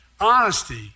honesty